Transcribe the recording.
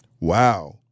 Wow